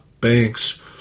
Banks